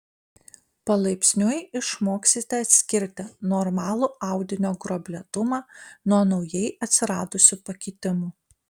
palaipsniui išmoksite atskirti normalų audinio gruoblėtumą nuo naujai atsiradusių pakitimų